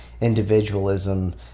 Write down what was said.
individualism